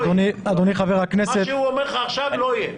מה שהוא אומר לך עכשיו לא יהיה.